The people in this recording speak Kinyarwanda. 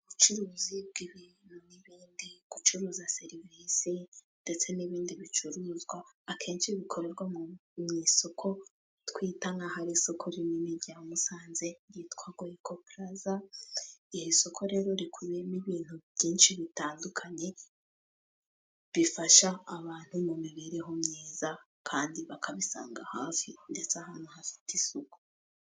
Ubucuruzi bw'ibintu n'ibindi, gucuruza serivisi ndetse n'ibindi bicuruzwa akenshi bikorerwa mu isoko twita nk'aho ari isoko rinini rya Musanze ryitwa GOICO PLAZA. Iri soko rero rikubiyemo ibintu byinshi bitandukanye, bifasha abantu mu mibereho myiza, kandi bakabisanga hafi ndetse ahantu hafite isuku.